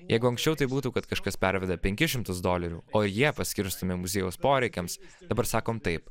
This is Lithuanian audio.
jeigu anksčiau tai būtų kad kažkas perveda penkis šimtus dolerių o ir jie paskirstomi muziejaus poreikiams dabar sakom taip